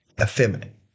effeminate